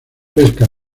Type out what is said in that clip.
pesca